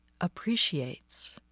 appreciates